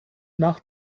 nach